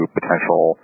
potential